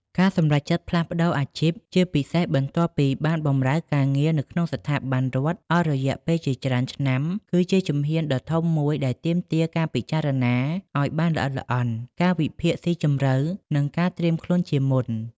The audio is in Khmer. ការសម្រេចចិត្តផ្លាស់ប្តូរអាជីព ជាពិសេសបន្ទាប់ពីបានបម្រើការងារនៅក្នុងស្ថាប័នរដ្ឋអស់រយៈពេលជាច្រើនឆ្នាំ គឺជាជំហានដ៏ធំមួយដែលទាមទារការពិចារណាឱ្យបានល្អិតល្អន់ ការវិភាគស៊ីជម្រៅ និងការត្រៀមខ្លួនជាមុន។